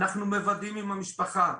אנחנו מוודאים עם המשפחה,